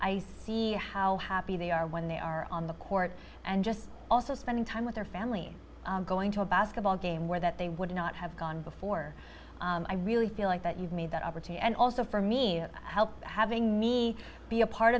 i see how happy they are when they are on the court and just also spending time with their family and going to a basketball game where that they would not have gone before i really feel like that you've made that opportunity and also for me help having me be a part